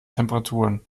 temperaturen